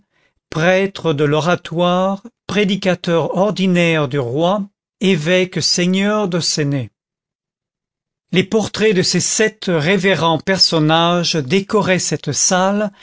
prêtre de l'oratoire prédicateur ordinaire du roi évêque seigneur de senez les portraits de ces sept révérends personnages décoraient cette salle